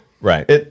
Right